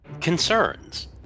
concerns